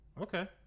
okay